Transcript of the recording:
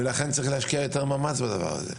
ולכן צריך להשקיע יותר מאמץ בדבר הזה.